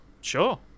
Sure